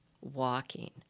walking